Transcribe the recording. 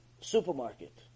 supermarket